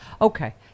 Okay